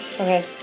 Okay